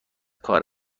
کار